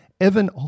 Evan